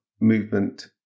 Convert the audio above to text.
movement